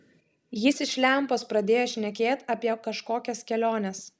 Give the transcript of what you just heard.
jis iš lempos pradėjo šnekėt apie kažkokias keliones